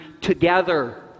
together